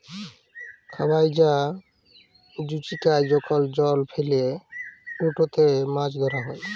খাবাই বা জুচিকাই যখল জাল ফেইলে উটতে মাছ ধরা হ্যয়